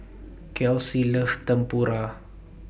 Kelsi loves Tempura